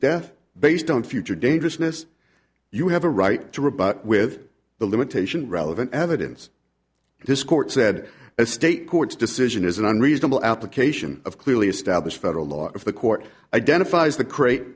death based on future dangerousness you have a right to rebut with the limitation relevant evidence this court said a state court's decision is an unreasonable application of clearly established federal law if the court identifies the create